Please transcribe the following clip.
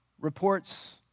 Reports